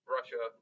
Russia